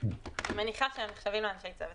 צוות